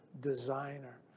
designer